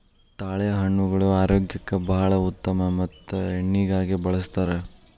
ತಾಳೆಹಣ್ಣುಗಳು ಆರೋಗ್ಯಕ್ಕೆ ಬಾಳ ಉತ್ತಮ ಮತ್ತ ಎಣ್ಣಿಗಾಗಿ ಬಳ್ಸತಾರ